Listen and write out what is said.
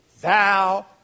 Thou